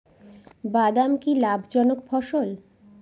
বাদাম কি লাভ জনক ফসল?